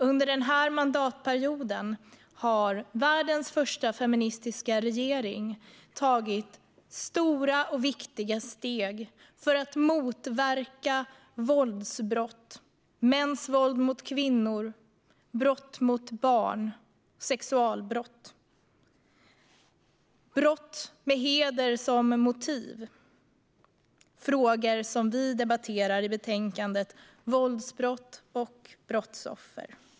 Under denna mandatperiod har världens första feministiska regering tagit stora och viktiga steg för att motverka våldsbrott, mäns våld mot kvinnor, brott mot barn, sexualbrott och brott med heder som motiv - frågor som vi debatterar i betänkandet Våldsbrott och brottsoffer .